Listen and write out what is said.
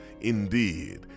indeed